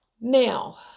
now